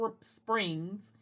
Springs